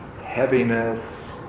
heaviness